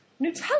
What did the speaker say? Nutella